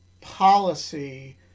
policy